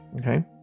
okay